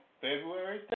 February